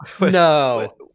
No